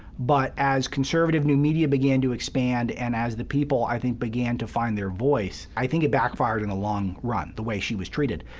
but as conservative new media began to expand, and as the people i think began to find their voice, i think it backfired in the long run, the way she was treated.